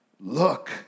Look